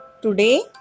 Today